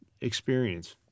experience